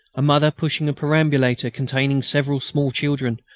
a mother pushing a perambulator containing several small children,